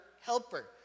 helper